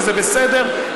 וזה בסדר.